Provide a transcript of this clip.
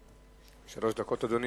שלוש דקות, אדוני,